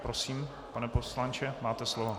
Prosím, pane poslanče, máte slovo.